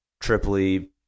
triply